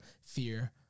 fear